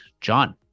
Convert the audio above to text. john